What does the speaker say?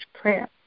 prayer